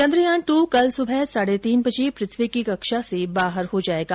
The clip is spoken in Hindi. चन्द्रयान टू कल सुबह साढे तीन बजे पृथ्वी की कक्षा से बाहर हो जायेगा